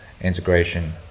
integration